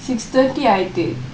six thirty ஆயிட்டு:aayittu